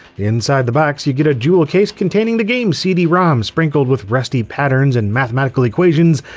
inside the box you get a jewel case containing the game cd-rom sprinkled with rusty patterns and mathematical equations,